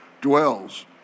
dwells